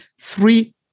three